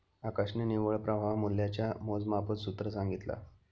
आकाशने निव्वळ प्रवाह मूल्याच्या मोजमापाच सूत्र सांगितला